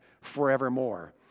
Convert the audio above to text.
forevermore